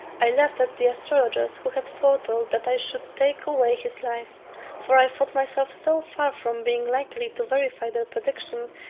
i laughed at the astrologers who had foretold that i should take away his life for i thought myself so far from being likely to verify their prediction,